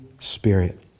Spirit